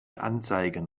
anzeigen